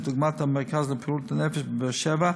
דוגמת המרכז לבריאות הנפש בבאר-שבע,